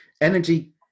energy